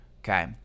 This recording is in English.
okay